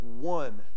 one